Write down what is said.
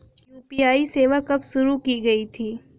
UPI सेवा कब शुरू की गई थी?